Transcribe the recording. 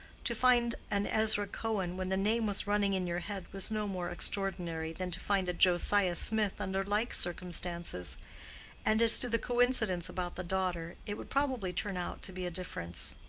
to find an ezra cohen when the name was running in your head was no more extraordinary than to find a josiah smith under like circumstances and as to the coincidence about the daughter, it would probably turn out to be a difference.